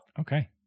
Okay